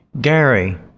Gary